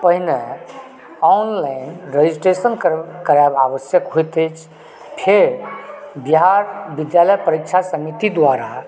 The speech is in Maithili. पहिने ऑनलाइन रेजिस्ट्रेशन करब कराएब आवश्यक होएत अछि फेर बिहार विद्यालय परीक्षा समिति द्वारा